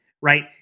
right